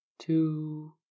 Two